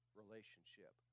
relationship